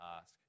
ask